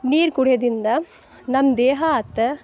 ನೀರು ಕುಡಿಯೊದಿಂದ ನಮ್ಮ ದೇಹ ಆತು